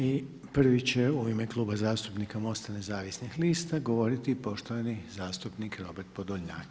I prvi će u ime Kluba zastupnika Mosta nezavisnih lista govoriti poštovani zastupnik Robert Podolnjak.